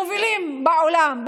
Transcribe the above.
מובילים בעולם,